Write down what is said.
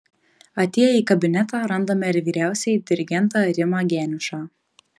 atėję į kabinetą randame ir vyriausiąjį dirigentą rimą geniušą